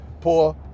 poor